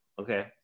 okay